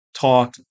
talk